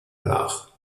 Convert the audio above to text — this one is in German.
nach